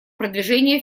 продвижения